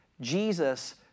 Jesus